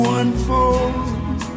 unfold